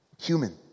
Human